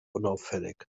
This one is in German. unauffällig